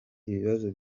ibibazo